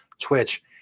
Twitch